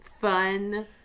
fun